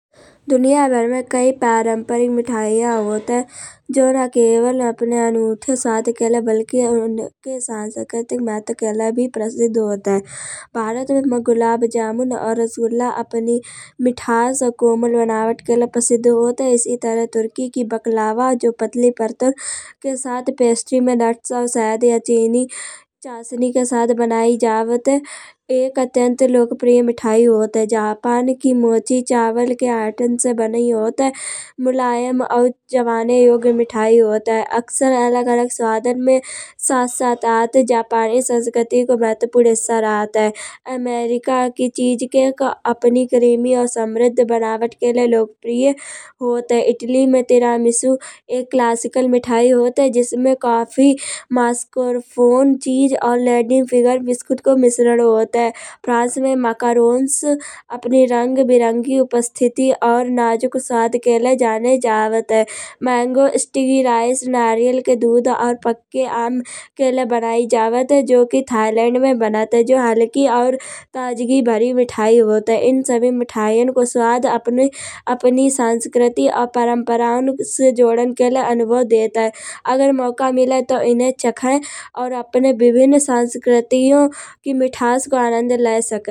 दुनियाभर में कइ परंपरिक मिठैया होत हइ। जो ना केवल अपने अनूठे स्वाद के लिए बल्की उनके सांस्कृतिक महत्व के लए भी प्रसिद्ध होत हइ। भारत में गुलाब जामुन और रसगुल्ला अपनी मिठास और कोमल बनावट के लए प्रसिद्ध होत हइ। एसी तरह तुर्की की बकलावा जो पतली पर्तन के साथ पेस्ट्री में नट्स और शहद या चीनी के साथ बनई जावत है। एक अत्यंत लोकप्रिय मिठाई होत हइ। जहां पान की मोची चावल के आटा से बनी होत हइ मुलायम और चबाने योग्य मिठाई होत हइ। अक्सर अलग अलग स्वादन में साथ साथ आत हइ। जापानी संस्कृति को महत्वपूर्ण हिस्सा रहत हइ। अमेरिका की चीज़ केक अपनी क्रीमी और असम्राधित बनावट के लए लोक प्रिय होत हइ। इटली में ट्रनवाशु एक क्लासिकल मिठाई होत हइ। जिसमें कॉफी मारसोकफोन चीज़ और लनिनफिगर बिस्किट को मिश्रण होत हइ। फ्रांस में माकरोंस अपनी रंग बिरंगी उपस्थिति और नाजुक स्वाद के लए जाने जावत हइ। मेंगो स्टरिस नारियल के दूध और पक्के आम के लयें बनई जावत हइ। जो कि थाइलैंड में बनत हइ जो हल्की और ताज़गी भरी मिठाई होत हइ। एन सभी मिठैयन को स्वाद अपने अपनी संस्कृति और परंपराओ से जोड़न के लए अनुभव देत हइ। अगर मौका मिले तो इन्हें चखे और अपने विभिन्न संस्कृति की मिठास को आनंद लय सकत।